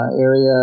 area